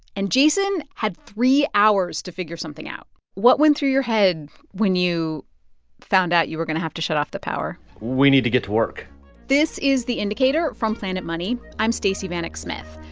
and jason had three hours to figure something out what went through your head when you found out you were going to have to shut off the power? we need to get to work this is the indicator from planet money. i'm stacey vanek smith.